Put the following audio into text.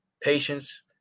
patience